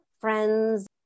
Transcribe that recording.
friends